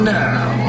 now